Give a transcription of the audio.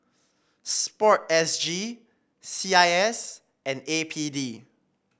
sports S G C I S and A P D